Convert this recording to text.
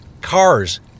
cars